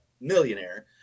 millionaire